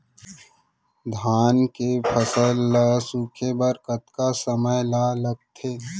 धान के फसल ल सूखे बर कतका समय ल लगथे?